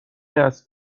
است